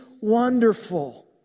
wonderful